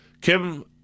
Kim